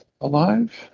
alive